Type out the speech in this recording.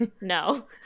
No